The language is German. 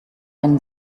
einen